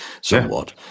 somewhat